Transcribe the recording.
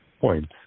points